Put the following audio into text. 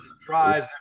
tries